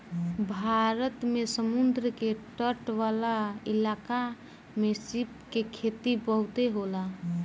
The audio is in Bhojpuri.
भारत में समुंद्र के तट वाला इलाका में सीप के खेती बहुते होला